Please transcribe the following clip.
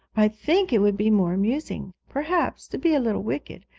i think it would be more amusing, perhaps, to be a little wicked,